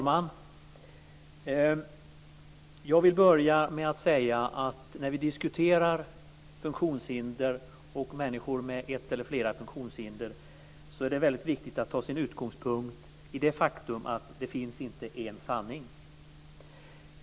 Herr talman! När vi diskuterar funktionshinder och människor med ett eller flera funktionshinder är det väldigt viktigt att som utgångspunkt ha det faktum att det inte finns en sanning.